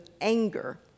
anger